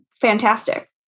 fantastic